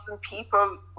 people